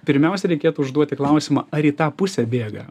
pirmiausia reikėtų užduoti klausimą ar į tą pusę bėga